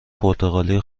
پرتغالی